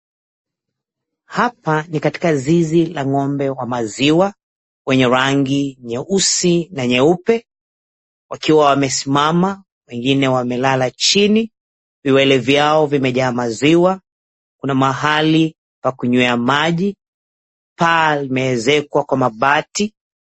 Hapa ni katika zizi la ng'ombe wa maziwa wenye rangi nyeusi na nyeupe wakiwa wamesimama wengine wamelala chini. Viwele vyao vimejaa maziwa. Kuna mahali pa kunywea maji. Paa limeezekwa mwa mabati.